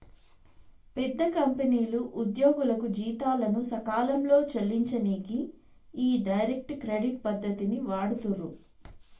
పెద్ద కంపెనీలు ఉద్యోగులకు జీతాలను సకాలంలో చెల్లించనీకి ఈ డైరెక్ట్ క్రెడిట్ పద్ధతిని వాడుతుర్రు